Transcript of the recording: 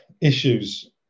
issues